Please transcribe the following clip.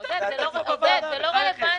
עודד, זה לא רלוונטי.